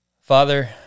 father